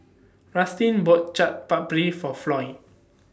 Rustin bought Chaat Papri For Floy